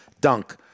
dunk